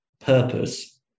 purpose